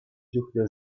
чухлӗ